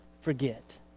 forget